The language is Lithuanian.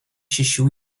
šešių